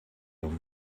him